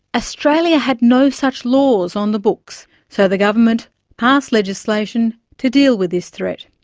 australia had no such laws on the books. so the government passed legislation to deal with this threat.